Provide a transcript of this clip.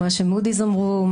מה Moody's אמרו?